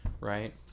right